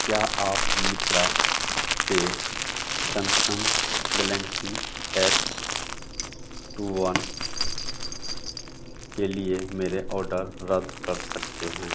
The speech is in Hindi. क्या आप मिंत्रा से Samsung Galaxy S two one के लिए मेरे ऑर्डर को रद्द कर सकते हैं